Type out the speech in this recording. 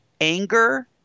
anger